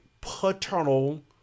paternal